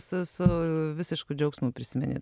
su su visišku džiaugsmu prisimeni